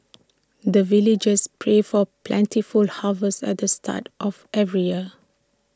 the villagers pray for plentiful harvest at the start of every year